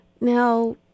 Now